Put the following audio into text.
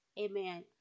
amen